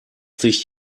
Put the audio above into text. sich